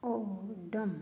ਓਗਡਮ